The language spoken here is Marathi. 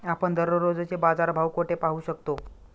आपण दररोजचे बाजारभाव कोठे पाहू शकतो?